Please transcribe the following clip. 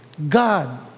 God